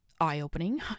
eye-opening